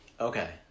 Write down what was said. Okay